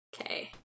okay